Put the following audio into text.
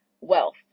wealth